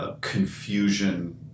confusion